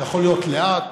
זה יכול להיות לאט.